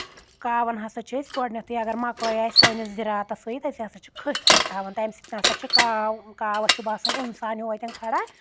کاوَن ہسا چھِ أسۍ گۄٕڈنؠتھٕے اَگر مکٲے اَسہِ سٲنِس زِراعتَس سۭتۍ أسۍ ہسا چھِ کھٔٹھۍ تَتھ تھاوَان تَمہِ سۭتۍ ہسا چھِ کاو کاوَس چھُ باسان اِنسان ہیوٚو اَتَٮ۪ن کھَڑا